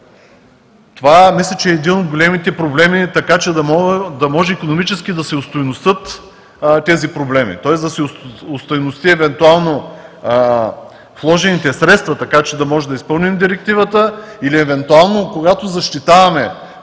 Това, мисля, че е един от големите проблеми, така че да може икономически да се остойностят тези проблеми, тоест да се остойностят евентуално вложените средства, така че да можем да изпълним директивата или, евентуално, когато защитаваме